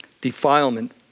Defilement